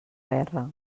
guerra